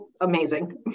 amazing